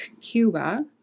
cuba